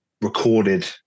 recorded